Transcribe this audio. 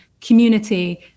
community